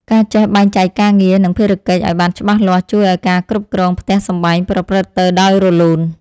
ការចេះបែងចែកការងារ និងភារកិច្ចឱ្យបានច្បាស់លាស់ជួយឱ្យការគ្រប់គ្រងផ្ទះសម្បែងប្រព្រឹត្តទៅដោយរលូន។